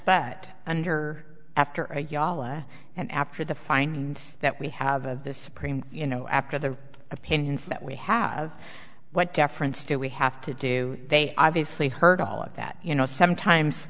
but under after jala and after the fine and that we have of the supreme you know after the opinions that we have what deference do we have to do they obviously heard all of that you know sometimes